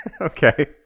Okay